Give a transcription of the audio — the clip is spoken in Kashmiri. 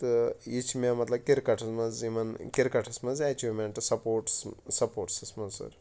تہٕ یہِ چھِ مےٚ مطلب کِرکَٹَس منٛز یِمَن کِرکَٹَس منٛز اٮ۪چیٖومٮ۪نٛٹٕس سَپوٹٕس سَپوٹسَس منٛز سَر